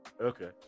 Okay